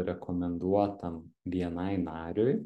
rekomenduotam bni nariui